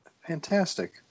Fantastic